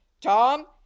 Tom